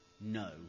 no